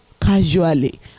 casually